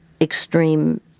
extreme